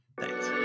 thanks